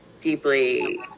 deeply